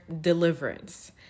deliverance